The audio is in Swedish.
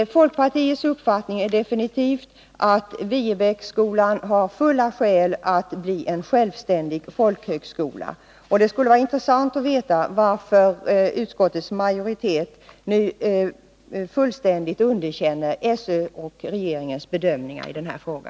Folkpartiets uppfattning är absolut den att det finns vägande skäl för att göra Viebäcksskolan till en självständig folkhögskola. Det skulle vara intressant att veta varför utskottets majoritet nu helt underkänner SÖ:s och regeringens bedömningar i denna fråga.